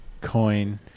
coin